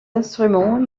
instruments